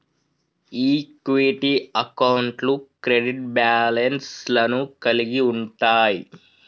equity అకౌంట్లు credit balance లను కలిగి ఉంటయ్